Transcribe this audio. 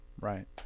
Right